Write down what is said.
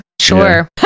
Sure